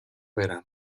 verano